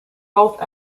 both